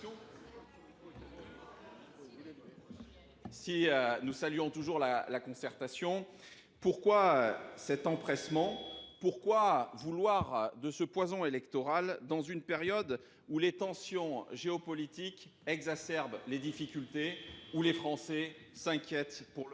Si nous saluons toujours la concertation, pourquoi cet empressement ? Pourquoi vouloir de ce poison électoral dans une période où les tensions géopolitiques exacerbent les difficultés, où les Français s'inquiètent pour leur